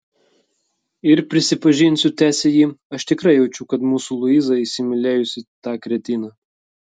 ir prisipažinsiu tęsė ji aš tikrai jaučiu kad mūsų luiza įsimylėjusi tą kretiną